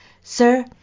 Sir